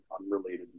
unrelated